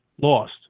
lost